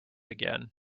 again